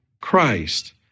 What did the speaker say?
Christ